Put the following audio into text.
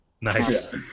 Nice